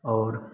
और